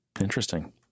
interesting